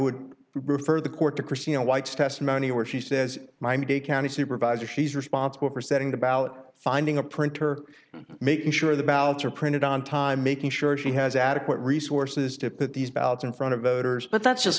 would refer the court to christina white's testimony where she says miami dade county supervisor she's responsible for setting about finding a printer making sure the ballots are printed on time making sure she has adequate resources to put these ballots in front of voters but that's just